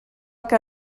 que